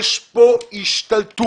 יש כאן השתלטות